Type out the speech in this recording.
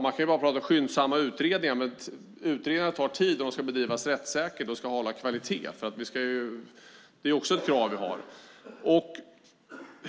Man kan prata om skyndsamma utredningar, men utredningar tar tid om de ska bedrivas rättssäkert och hålla kvalitet. Det är också ett krav vi har.